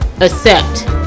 accept